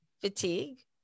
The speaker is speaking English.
Fatigue